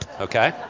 okay